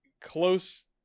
close